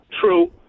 true